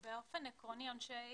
באופן עקרוני, עונשי